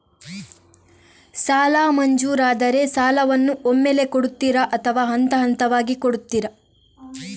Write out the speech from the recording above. ಸಾಲ ಮಂಜೂರಾದರೆ ಸಾಲವನ್ನು ಒಮ್ಮೆಲೇ ಕೊಡುತ್ತೀರಾ ಅಥವಾ ಹಂತಹಂತವಾಗಿ ಕೊಡುತ್ತೀರಾ?